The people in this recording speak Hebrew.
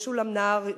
משולם נהרי,